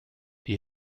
die